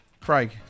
Craig